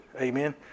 Amen